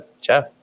Ciao